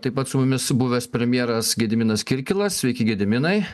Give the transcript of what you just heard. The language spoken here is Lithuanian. taip pat su mumis buvęs premjeras gediminas kirkilas sveiki gediminai